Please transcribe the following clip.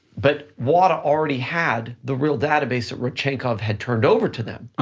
but wada already had the real database that rodchenkov had turned over to them,